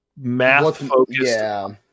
math-focused